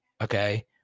okay